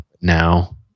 now